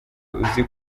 uzi